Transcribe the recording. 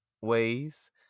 ways